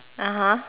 (uh huh)